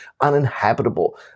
uninhabitable